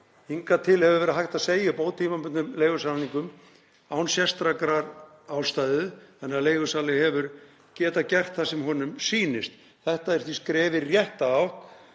„Hingað til hefur verið hægt að segja ótímabundnum leigusamningum upp án sérstakrar ástæðu þannig að leigusali hefur getað gert það hvenær sem honum sýnist. Það er því skref í rétta átt